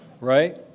right